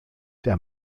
der